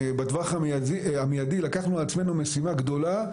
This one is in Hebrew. בטווח המיידי לקחנו על עצמנו משימה גדולה,